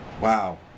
wow